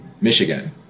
Michigan